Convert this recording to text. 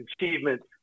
achievements